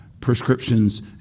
prescriptions